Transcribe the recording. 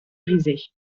brisée